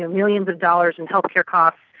ah millions of dollars in healthcare costs,